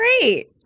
great